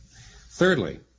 Thirdly